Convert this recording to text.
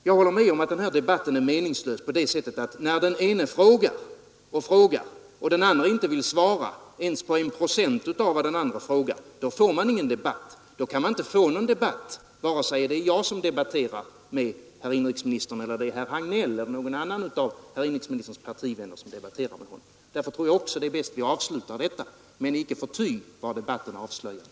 Jag håller med om att denna debatt är meningslös på det sättet att när den ene frågar och den andre inte vill svara ens på en procent av frågorna, då kan man inte få någon debatt, detta oavsett om det är jag som debatterar med herr inrikesministern eller om det är herr Hagnéll eller någon annan av inrikesministerns partivänner. Därför tror jag också det är bäst att vi avslutar detta meningsutbyte. Men icke förty var debatten avslöjande!